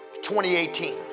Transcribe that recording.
2018